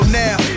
now